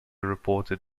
reported